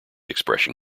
expression